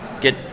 get